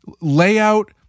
Layout